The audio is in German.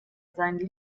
sein